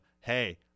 hey